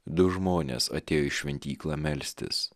du žmonės atėjo į šventyklą melstis